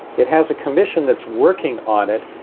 it has a commission that's working on it.